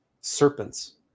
serpents